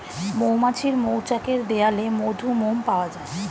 মৌমাছির মৌচাকের দেয়ালে মধু, মোম পাওয়া যায়